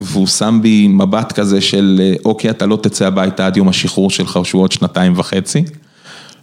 והוא שם בי מבט כזה של 'אוקיי, אתה לא תצא הביתה עד יום השחרור שלך, שהוא עוד שנתיים וחצי'